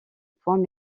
points